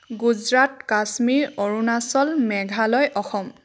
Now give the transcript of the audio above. Gujarat Kashmir Arunachal Meghalaya Assam